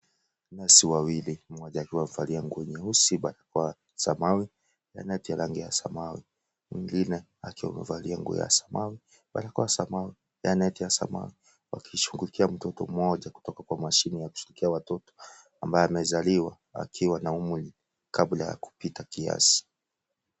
Manesi wawili mmoja akiwa amevalia nguo nyeusi barakoa ya samawi na neti ya rangi ya samawi mwingine akiwa amevalia nguo ya samawi barakoa samawi na neti ya samawi wakishughulikia mtoto mmoja kutoka kwa mashine ya kinga ya watoto ambaye amezaliwa akiwa na umri kabla ya kupita kiasi.